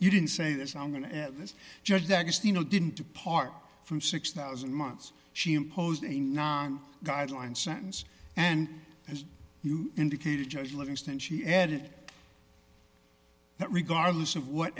you didn't say this i'm going to this judge that just you know didn't depart from six thousand months she imposed a non guideline sentence and as you indicated judge livingston she added that regardless of what